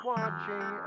Watching